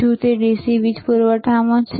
શું તે DC વીજ પૂરવઠામાં છે